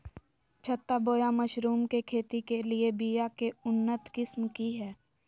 छत्ता बोया मशरूम के खेती के लिए बिया के उन्नत किस्म की हैं?